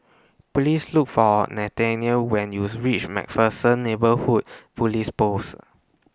Please Look For Nathanial when YOU REACH MacPherson Neighbourhood Police Post